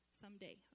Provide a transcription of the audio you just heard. someday